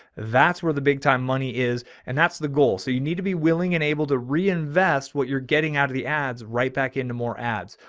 that's where the big time money is and that's the goal. so you need to be willing and able to reinvest what you're getting out of the ads, right back into more ads,